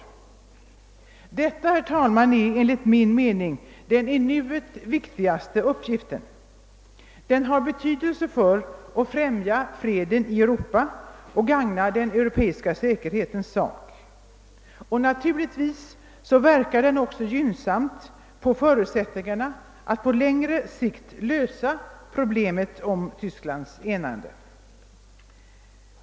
Detta, herr talman, är enligt min mening den i nuet viktigaste uppgiften. Den har betydelse för att främja freden i Europa och gagna den europeiska säkerhetens sak. Naturligtvis verkar den också gynnsamt på förutsättningarna att på längre sikt lösa problemet om Tysklands enande.